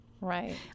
Right